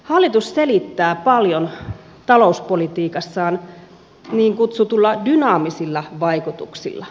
hallitus selittää paljon talouspolitiikassaan niin kutsutuilla dynaamisilla vaikutuksilla